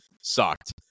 sucked